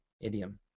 idiom